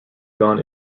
gone